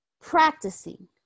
practicing